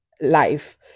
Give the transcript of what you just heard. life